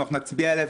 אנחנו נצביע עליה.